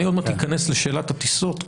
אני עוד מעט אכנס לשאלת הטיסות,